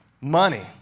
money